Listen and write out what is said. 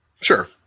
Sure